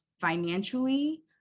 financially